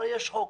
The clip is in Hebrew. הרי יש חוק.